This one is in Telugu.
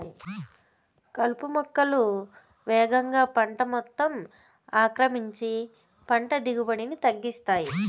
కలుపు మొక్కలు వేగంగా పంట మొత్తం ఆక్రమించి పంట దిగుబడిని తగ్గిస్తాయి